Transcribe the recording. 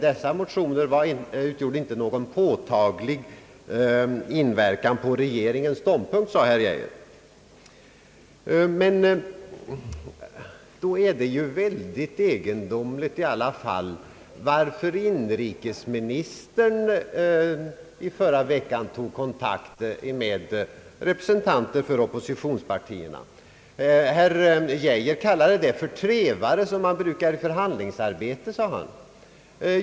Dessa motioner utgjorde inte någon påtaglig inverkan på regeringens ståndpunktstagande. Då är det i alla fall väldigt egendomligt att inrikesministern i förra veckan tog kontakt med representanter för oppositionspartierna. Herr Geijer kallade det för »trevare», som man brukar i förhandlingsarbete.